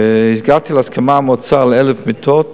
כשהגעתי להסכמה עם האוצר על 1,000 מיטות,